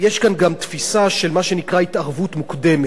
יש כאן גם תפיסה של מה שנקרא התערבות מוקדמת,